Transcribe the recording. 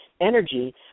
energy